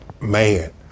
Man